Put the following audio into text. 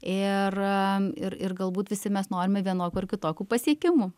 ir ir ir galbūt visi mes norime vienokių ar kitokių pasiekimų